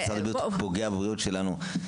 לומר שמשרד הבריאות פוגע בבריאות שלנו.